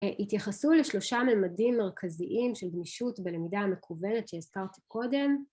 התייחסו לשלושה מימדים מרכזיים של גמישות בלמידה המקוונת שהזכרתי קודם